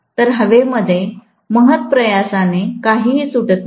तर हवेमध्ये महत्प्रयासाने काहीही सुटत नाही